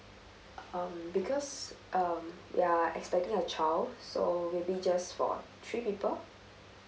um because um we're expecting a child so maybe just for three people